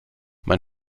mein